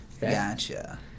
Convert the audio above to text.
Gotcha